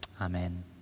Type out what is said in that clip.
Amen